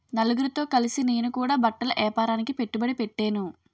నలుగురితో కలిసి నేను కూడా బట్టల ఏపారానికి పెట్టుబడి పెట్టేను